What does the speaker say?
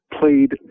played